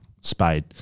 spade